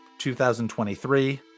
2023